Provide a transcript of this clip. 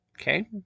Okay